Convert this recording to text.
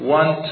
one